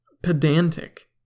Pedantic